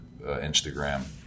Instagram